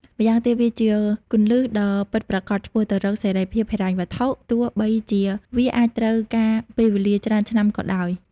ម្យ៉ាងទៀត វាជាគន្លឹះដ៏ពិតប្រាកដឆ្ពោះទៅរកសេរីភាពហិរញ្ញវត្ថុ ទោះបីជាវាអាចត្រូវការពេលវេលាច្រើនឆ្នាំក៏ដោយ។